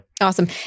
Awesome